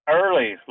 early